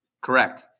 Correct